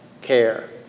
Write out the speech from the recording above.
care